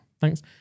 Thanks